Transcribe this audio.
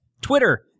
twitter